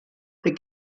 the